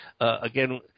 again